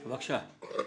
בבקשה.